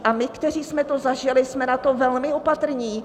A my, kteří jsme to zažili, jsme na to velmi opatrní.